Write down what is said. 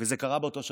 זה קרה באותו שבוע,